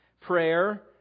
Prayer